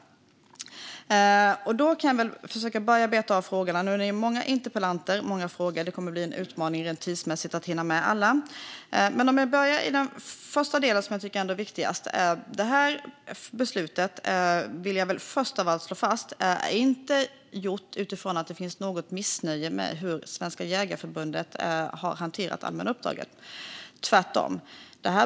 Jag ska försöka börja beta av frågorna. Det är många som ställt frågor, och det kommer att bli en utmaning rent tidsmässigt att hinna med alla. Jag ska börja med den första delen, som jag tycker är viktigast. Först av allt vill jag slå fast att beslutet inte har fattats utifrån att det finns något missnöje med hur Svenska Jägareförbundet har hanterat det allmänna uppdraget, tvärtom.